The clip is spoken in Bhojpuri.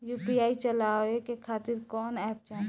यू.पी.आई चलवाए के खातिर कौन एप चाहीं?